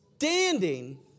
standing